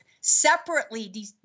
separately